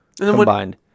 combined